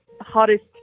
hottest